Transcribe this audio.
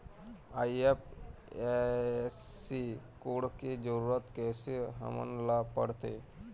IFSC code के जरूरत कैसे हमन ला पड़थे?